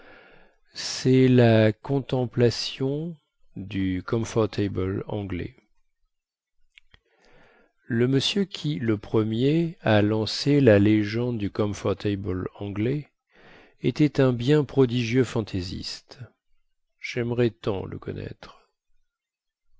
cest la contemplation du comfortable anglais le monsieur qui le premier a lancé la légende du comfortable anglais était un bien prodigieux fantaisiste jaimerais tant le connaître